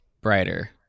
brighter